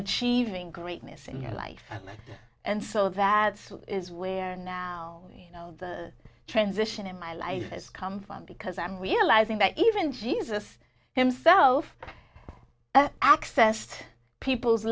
achieving greatness in your life and so that is where now transition in my life has come from because i'm realizing that even jesus himself accessed people's